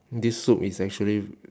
this soup is actually